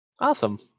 Awesome